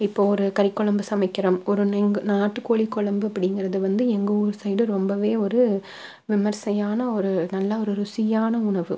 இப்போ ஒரு கறிக்குழம்பு சமைக்கிறோம் ஒரு எங்கள் நாட்டுக் கோழி குழம்பு அப்படிங்கிறது வந்து எங்க ஊர் சைடு ரொம்பவே ஒரு விமர்சையான ஒரு நல்ல ஒரு ருசியான உணவு